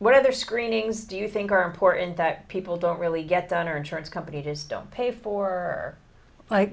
what other screenings do you think are important that people don't really get done or insurance companies don't pay for like